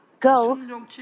Go